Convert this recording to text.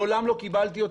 מעולם לא קיבלתי אותו.